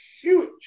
huge